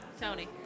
Tony